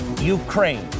Ukraine